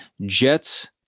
Jets